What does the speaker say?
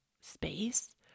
space